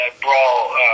brawl